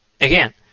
again